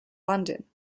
london